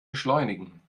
beschleunigen